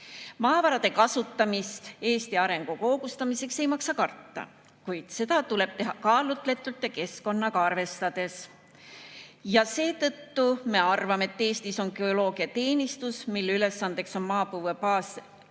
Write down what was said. Maavarade kasutamist Eesti arengu hoogustamiseks ei maksa karta, kuid seda tuleb teha kaalutletult ja keskkonnaga arvestades. Eestis on geoloogiateenistus, mille ülesandeks on maapõue kohta